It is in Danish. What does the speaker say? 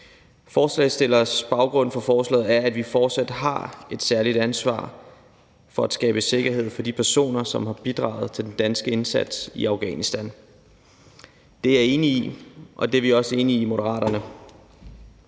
Forslagsstillernes baggrund for forslaget er, at vi fortsat har et særligt ansvar for at skabe sikkerhed for de personer, som har bidraget til den danske indsats i Afghanistan. Det er jeg og Moderaterne enige i. Jeg er